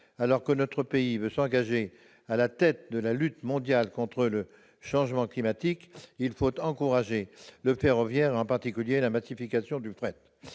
Alors que notre pays veut s'engager à la tête de la lutte mondiale contre le changement climatique, il faut encourager le ferroviaire, en particulier la massification du fret.